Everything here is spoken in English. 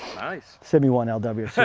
nice. send me one, and